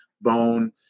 bone